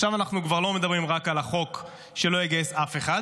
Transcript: עכשיו אנחנו כבר לא מדברים רק על החוק שלא יגייס אף אחד,